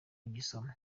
kugisoma